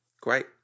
great